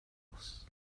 oss